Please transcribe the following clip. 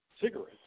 cigarettes